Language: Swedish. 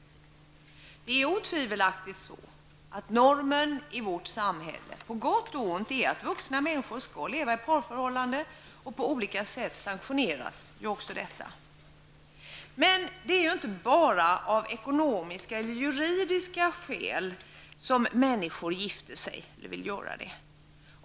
Det är otvivelaktigt så, att normen i vårt samhälle, på gott och ont, är att vuxna människor skall leva i parförhållanden. På olika sätt sanktioneras också detta. Men det är inte bara av ekonomiska eller juridiska skäl som människor vill gifta sig.